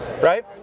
Right